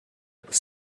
was